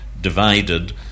divided